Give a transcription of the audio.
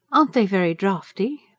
aren't they very draughty?